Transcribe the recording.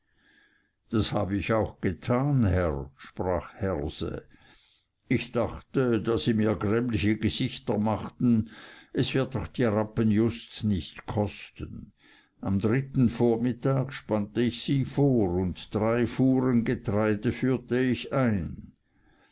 das habe ich auch getan herr sprach herse ich dachte da sie mir grämliche gesichter machten es wird doch die rappen just nicht kosten am dritten vormittag spannt ich sie vor und drei fuhren getreide führt ich ein